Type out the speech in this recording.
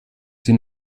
sie